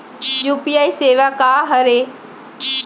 UPI सेवा का हरे?